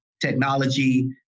technology